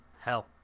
Hell